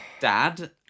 dad